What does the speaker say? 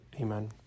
Amen